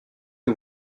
que